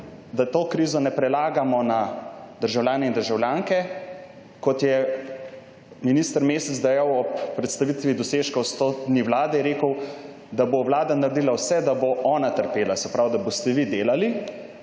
da te krize ne prelagamo na državljanke in državljane. Kot je minister Mesec dejal ob predstavitvi dosežkov sto dni vlade, ko je rekel, da bo vlada naredila vse, da bo ona trpela, se pravi, da boste vi delali,